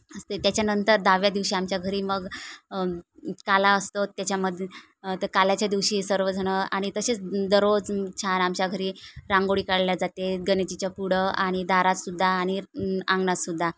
असते त्याच्यानंतर दहाव्या दिवशी आमच्या घरी मग काला असतो त्याच्यामध्ये काल्याच्या दिवशी सर्वजणं आणि तसेच दररोज छान आमच्या घरी रांगोळी काढली जाते गणेशजीच्या पुढं आणि दारातसुद्धा आणि अंगणातसुद्धा